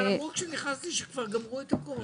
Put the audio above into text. אמרו כשנכנסתי שכבר גמרו את הכול.